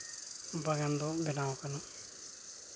ᱵᱟᱜᱟᱱ ᱫᱚ ᱵᱮᱱᱟᱣ ᱟᱠᱟᱱᱟ